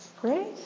Great